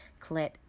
clit